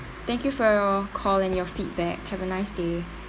thank you for your call and your feedback have a nice day